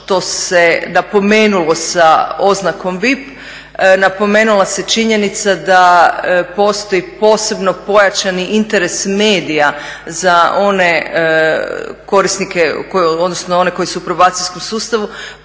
što se napomenulo sa oznakom vip napomenula se činjenica da postoji posebno pojačani interes medija za one korisnike, odnosno one koji su u probacijskom sustavu